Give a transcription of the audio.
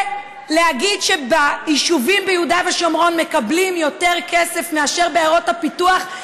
להגיד שביישובים ביהודה ושומרון מקבלים יותר כסף מאשר בעיירות הפיתוח,